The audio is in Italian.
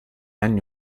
anni